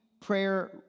prayer